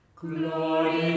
glory